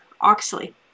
Oxley